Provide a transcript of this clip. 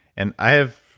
and i have,